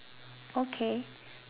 okay